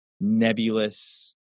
nebulous